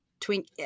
twink